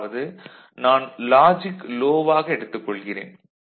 அதாவது நான் logic low வாக எடுத்துக் கொள்கிறேன்